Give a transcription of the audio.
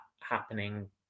happening